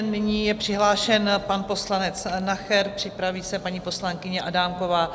Nyní je přihlášen pan poslanec Nacher, připraví se paní poslankyně Adámková.